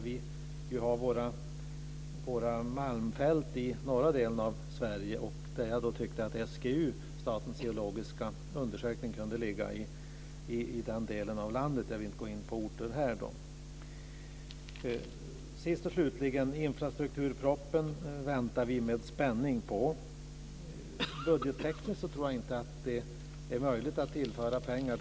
Vi har ju våra malmfält i norra delen av Sverige. Därför tyckte jag att SGU, Statens geologiska undersökning, kunde ligga i den delen av landet. Jag vill inte gå in på orter här. Sist och slutligen: Infrastrukturpropositionen väntar vi med spänning på. Budgettekniskt tror jag inte att det är möjligt att tillföra pengar.